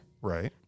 Right